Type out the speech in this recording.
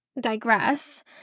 digress